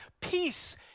peace